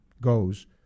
goes